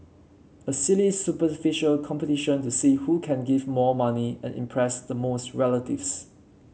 a silly superficial competition to see who can give more money and impress the most relatives